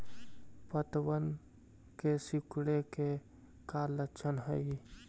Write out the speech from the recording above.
पत्तबन के सिकुड़े के का लक्षण हई?